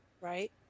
right